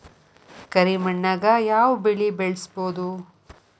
ಕರಿ ಮಣ್ಣಾಗ್ ಯಾವ್ ಬೆಳಿ ಬೆಳ್ಸಬೋದು?